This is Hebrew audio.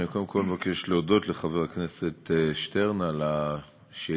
ואני קודם כול מבקש להודות לחבר הכנסת שטרן על השאילתה.